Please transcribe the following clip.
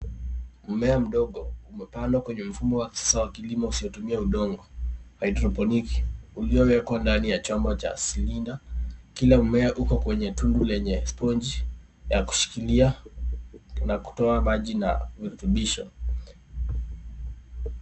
Mmea mdogo umepandwa kwenye mfumo wa kisasa wa kilimo usiotumia udongo, hydroponiki, uliowekwa ndani ya chombo cha silinda. Kila mmea uko kwenye tundu lenye sponji ya kushikilia na kutoa maji na virutubisho.